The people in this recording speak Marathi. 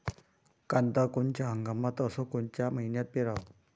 कांद्या कोनच्या हंगामात अस कोनच्या मईन्यात पेरावं?